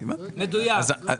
מדויק.